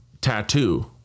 tattoo